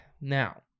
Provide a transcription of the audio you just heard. Now